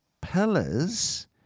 pillars